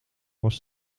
was